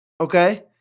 Okay